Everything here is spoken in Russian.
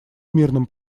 мирном